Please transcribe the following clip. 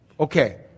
Okay